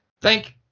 Thank